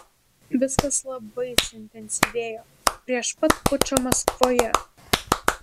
viskas labai suintensyvėjo prieš pat pučą maskvoje